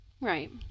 Right